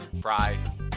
Pride